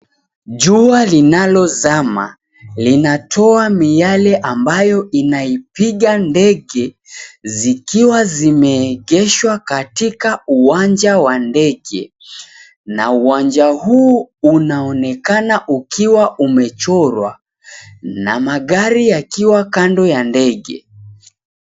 Jua linalozama linatoa miale ambayo inaipiga ndege zikiwa zimeegeshwa katika uwanja wa ndege. Na uwanja huu unaonekana ukiwa umechorwa na magari yakiwa kando ya ndege.